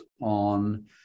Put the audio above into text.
on